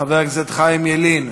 חבר הכנסת חיים ילין,